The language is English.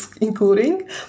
including